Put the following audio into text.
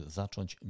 zacząć